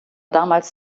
damals